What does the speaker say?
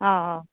आं हां